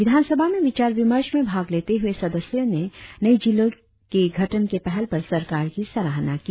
विधानसभा में विचार विमर्श में भाग लेते हुए सदस्यों ने नए जिलों के गठन के पहल पर सरकार की सराहना की